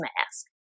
mask